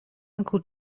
uncle